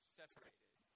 separated